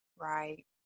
Right